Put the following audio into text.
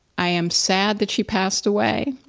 i am sad that she passed away,